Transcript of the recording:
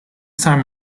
time